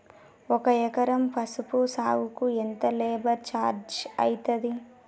ఒక ఎకరం పసుపు సాగుకు ఎంత లేబర్ ఛార్జ్ అయితది?